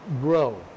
grow